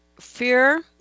fear